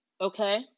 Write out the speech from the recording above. Okay